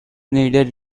needed